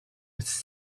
was